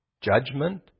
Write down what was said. judgment